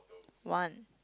one